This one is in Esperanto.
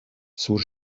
sur